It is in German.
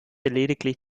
lediglich